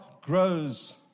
grows